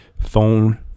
phone